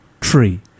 tree